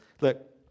look